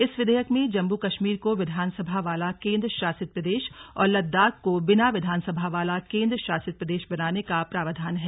इस विधेयक में जम्मू कश्मीर को विधानसभा वाला केन्द्र शासित प्रदेश और लद्दाख को बिना विधानसभा वाला केन्द्र शासित प्रदेश बनाने का प्रावधान है